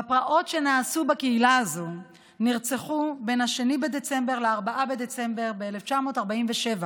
בפרעות שנעשו בקהילה הזאת נרצחו בין 2 בדצמבר ל-4 בדצמבר 1947,